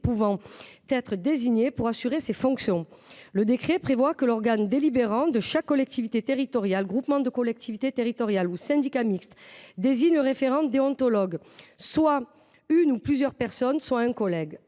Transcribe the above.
pouvant être désignées pour assurer ces fonctions. Le décret dispose que l’organe délibérant de chaque collectivité territoriale, groupement de collectivités territoriales ou syndicat mixte désigne le référent déontologue : soit une ou plusieurs personnes, soit un collège.